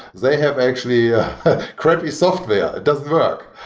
they have actually a crappy software. it doesn't work.